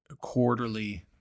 quarterly